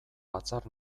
batzar